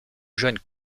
jeune